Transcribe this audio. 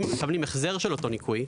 אם הם מקבלים החזר של אותו ניכוי,